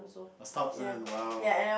a top student !wow!